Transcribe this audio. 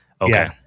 Okay